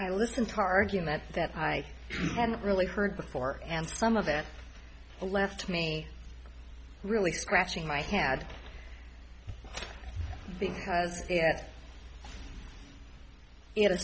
i listen to arguments that i haven't really heard before and some of it left me really scratching my head because